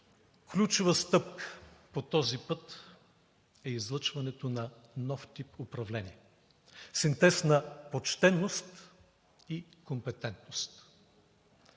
Ключова стъпка по този път е излъчването на нов тип управление, синтез на почтеност и компетентност.